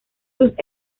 sus